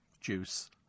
juice